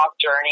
journey